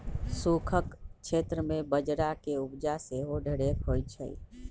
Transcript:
सूखक क्षेत्र में बजरा के उपजा सेहो ढेरेक होइ छइ